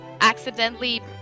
accidentally